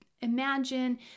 imagine